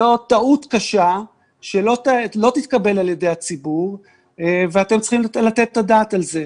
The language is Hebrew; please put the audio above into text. זו טעות קשה שלא תתקבל על ידי הציבור ואתם צריכים לתת את הדעת על כך.